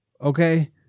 Okay